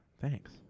thanks